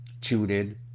TuneIn